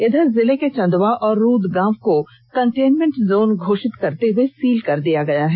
इधर जिले के चंदवा और रूद गांव को कंटेनमेंट जोन घोषित करते हुए सील कर दिया गया है